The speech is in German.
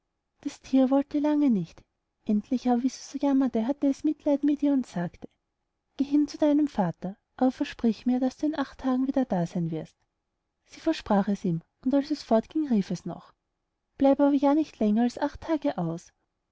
das thier wollte lange nicht endlich aber wie sie so jammerte hatte es mitleiden mit ihr und sagte geh hin zu deinem vater aber versprich mir daß du in acht tagen wieder da seyn willst sie versprach es ihm und als sie fort ging rief es noch bleib aber ja nicht länger als acht tage aus